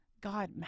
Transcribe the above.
God